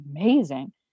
amazing